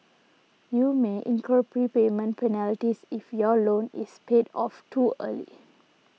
you may incur prepayment penalties if your loan is paid off too early